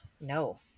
no